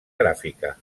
gràfica